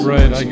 Right